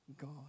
God